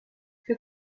für